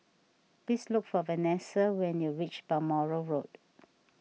please look for Venessa when you reach Balmoral Road